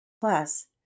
Plus